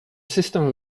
system